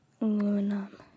aluminum